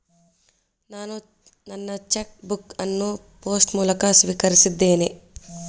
ನಾನು ನನ್ನ cheque book ಅನ್ನು ಪೋಸ್ಟ್ ಮೂಲಕ ಸ್ವೀಕರಿಸಿದ್ದೇನೆ